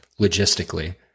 logistically